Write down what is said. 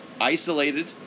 isolated